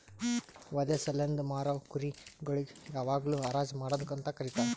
ವಧೆ ಸಲೆಂದ್ ಮಾರವು ಕುರಿ ಗೊಳಿಗ್ ಯಾವಾಗ್ಲೂ ಹರಾಜ್ ಮಾಡದ್ ಅಂತ ಕರೀತಾರ